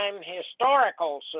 Historical